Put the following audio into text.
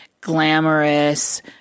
glamorous